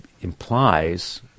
implies